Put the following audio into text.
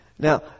Now